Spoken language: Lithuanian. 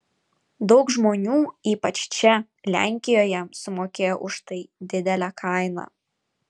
daug žmonių ypač čia lenkijoje sumokėjo už tai didelę kainą